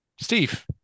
Steve